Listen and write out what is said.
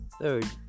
third